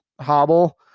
hobble